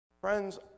Friends